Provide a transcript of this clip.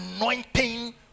anointing